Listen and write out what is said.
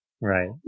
Right